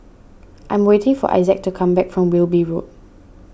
I am waiting for Issac to come back from Wilby Road